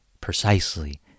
precisely